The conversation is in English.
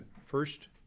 first